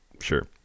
sure